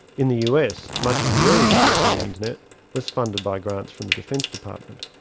in the us, much of the early research on the internet was funded by grants from the defense department.